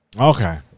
Okay